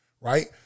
right